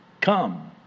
Come